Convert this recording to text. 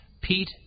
Pete